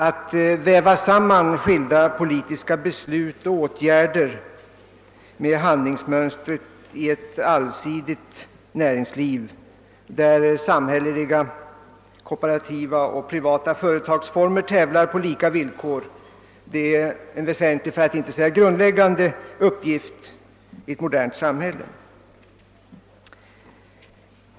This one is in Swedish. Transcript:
Att väva samman skilda politiska beslut och åtgärder med handlingsmönstret i ett allsidigt näringsliv, där samhälleliga, kooperativa och privata företagsformer tävlar på lika villkor, är en väsentlig, för att inte säga grundläggande, uppgift i ett modernt samhälle.